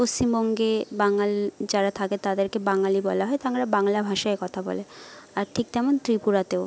পশ্চিমবঙ্গে বাঙাল যারা থাকে তাদেরকে বাঙালি বলা হয় তো বাংলা ভাষায় কথা বলে আর ঠিক তেমন ত্রিপুরাতেও